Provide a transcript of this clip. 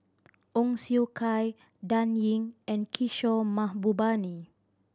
Ong Siong Kai Dan Ying and Kishore Mahbubani